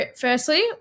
firstly